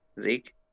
Zeke